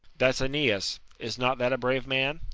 that's aeneas. is not that a brave man?